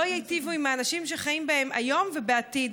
ייטיבו עם האנשים שחיים בהן היום ובעתיד,